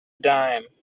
dime